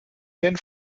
den